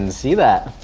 and see that.